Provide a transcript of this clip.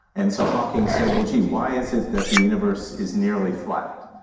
and so hawking said, well gee, why is it that the universe is nearly flat?